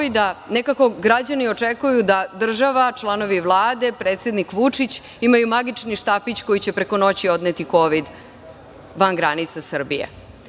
Kovida nekako građani očekuju da država, članovi Vlade, predsednik Vučić imaju magični štapić koji će preko noći odneti Kovid van granica Srbije.